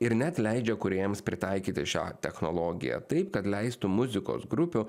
ir net leidžia kūrėjams pritaikyti šią technologiją taip kad leistų muzikos grupių